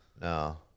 no